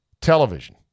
Television